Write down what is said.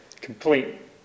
complete